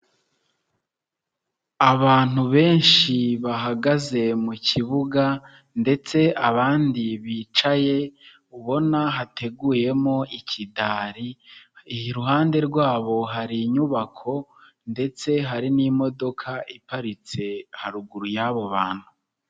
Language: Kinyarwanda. Abantu benshi bahagaze mu kibuga ndetse abandi bicaye ubona hateguyemo ikidari, iruhande rwabo hari inyubako ndetse hari n'imodoka iparitse haruguru y'abo bantu.